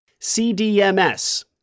CDMS